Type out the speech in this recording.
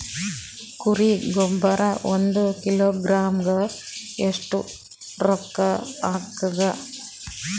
ಕುರಿ ಗೊಬ್ಬರ ಒಂದು ಕಿಲೋಗ್ರಾಂ ಗ ಎಷ್ಟ ರೂಕ್ಕಾಗ್ತದ?